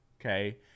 okay